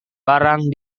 barang